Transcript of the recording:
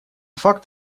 факт